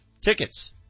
tickets